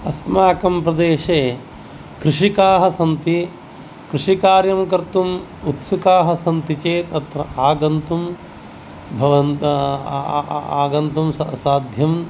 अस्माकं प्रदेशे कृषकाः सन्ति कृषिकार्यं कर्तुम् उत्सुकाः सन्ति चेत् अत्र आगन्तुं भवन्तः आगन्तुं साध्यं